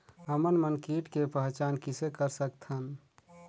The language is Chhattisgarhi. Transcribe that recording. हमन मन कीट के पहचान किसे कर सकथन?